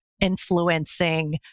influencing